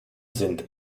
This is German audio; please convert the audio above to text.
sind